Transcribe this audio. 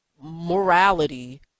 morality